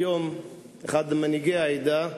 היום אחד ממנהיגי העדה,